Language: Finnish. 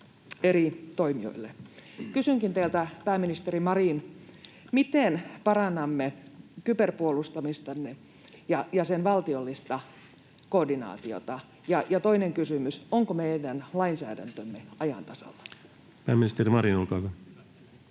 eri toimijoille. Kysynkin teiltä, pääministeri Marin: miten parannamme kyberpuolustamistamme ja sen valtiollista koordinaatiota? Ja toinen kysymys: onko meidän lainsäädäntömme ajan tasalla? Pääministeri Marin, olkaa